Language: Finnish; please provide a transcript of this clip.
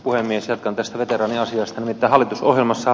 puhemies että tästä veteraaniasiasta mitä hallitusohjelmassa